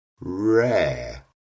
rare